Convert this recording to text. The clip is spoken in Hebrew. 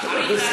אתה שר,